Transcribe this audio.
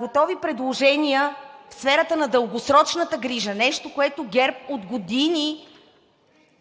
готови предложения в сферата на дългосрочната грижа – нещо, което ГЕРБ от години